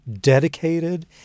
dedicated